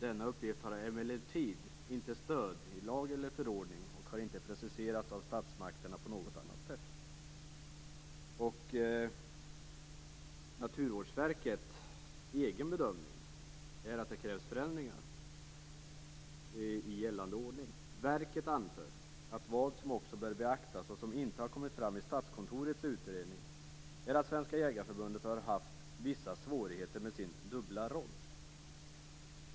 Denna uppgift har emellertid inte stöd i lag eller förordning och har inte preciserats av statsmakterna på något annat sätt." Naturvårdsverkets egen bedömning är att det krävs förändringar i gällande ordning. Det står så här i betänkandet: "Verket anför att vad som också bör beaktas och som inte har kommit fram i Statskontorets utredning är att Svenska Jägareförbundet har haft vissa svårigheter med sin dubbla roll -."